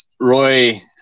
Roy